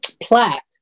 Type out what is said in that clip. plaque